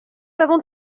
avons